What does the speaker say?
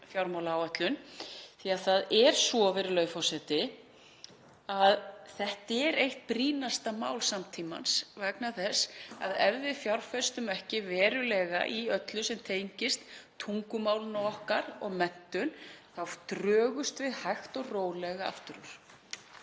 fjármálaáætlun því að það er svo, virðulegi forseti, að þetta er eitt brýnasta mál samtímans vegna þess að ef við fjárfestum ekki verulega í öllu sem tengist tungumálinu okkar og menntun drögumst við hægt og rólega aftur úr.